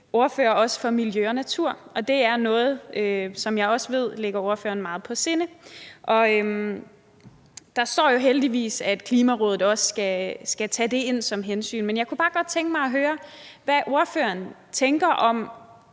ordførere for miljø og natur, og det er noget, som jeg også ved ligger ordføreren meget på sinde; og der står jo heldigvis, at Klimarådet også skal tage det ind som hensyn. Men jeg kunne bare godt tænke mig at høre, hvad ordføreren tænker om